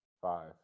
Five